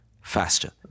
faster